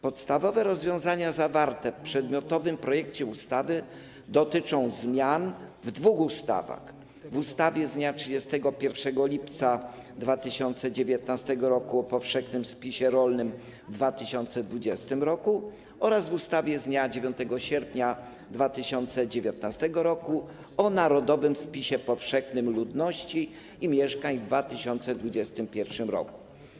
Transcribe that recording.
Podstawowe rozwiązania zawarte w przedmiotowym projekcie ustawy dotyczą zmian w dwóch ustawach: w ustawie z dnia 31 lipca 2019 r. o powszechnym spisie rolnym w 2020 r. oraz w ustawie z dnia 9 sierpnia 2019 r. o narodowym spisie powszechnym ludności i mieszkań w 2021 r.